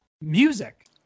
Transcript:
music